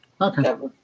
Okay